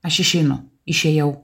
aš išeinu išėjau